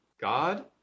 God